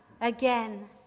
again